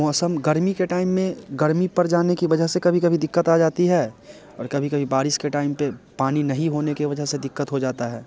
मौसम गर्मी के टाइम में गर्मी पड़ जाने की वजह से कभी कभी दिक़्क़त आ जाती है और कभी कभी बारिश के टाइम पर पानी नहीं होने के वजह से दिक़्क़त हो जाती है